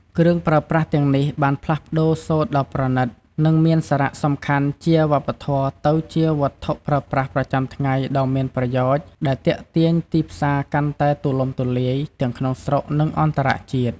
គ្រឿងប្រើប្រាស់ទាំងនេះបានផ្លាស់ប្តូរសូត្រដ៏ប្រណិត និងមានសារៈសំខាន់ជាវប្បធម៌ទៅជាវត្ថុប្រើប្រាស់ប្រចាំថ្ងៃដ៏មានប្រយោជន៍ដែលទាក់ទាញទីផ្សារកាន់តែទូលំទូលាយ ទាំងក្នុងស្រុក និងអន្តរជាតិ។